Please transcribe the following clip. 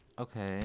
Okay